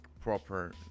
proper